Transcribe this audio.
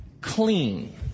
clean